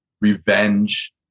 revenge